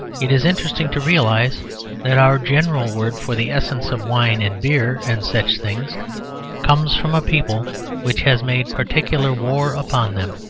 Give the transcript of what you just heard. it is interesting to realise that our general word for the essence of wine and beer and such things comes from a people which has made particular war upon them.